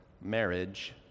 marriage